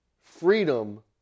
freedom